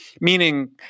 Meaning